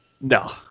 No